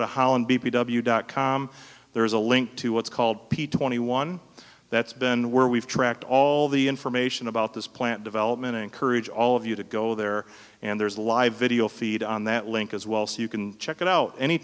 b w dot com there is a link to what's called p twenty one that's been where we've tracked all the information about this plant development encourage all of you to go there and there's a live video feed on that link as well so you can check it out any